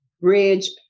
bridge